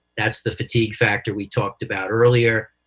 that's the fatigue factor we talked about earlier.